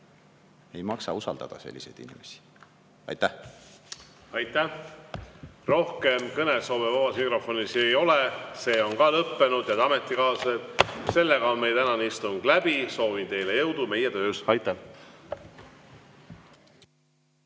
Ei maksa usaldada selliseid inimesi. Aitäh! Aitäh! Rohkem kõnesoove vabas mikrofonis ei ole, see on ka lõppenud. Head ametikaaslased, meie tänane istung on läbi. Soovin teile jõudu meie töös! Aitäh!